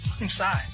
inside